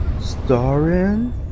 starring